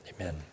Amen